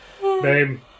babe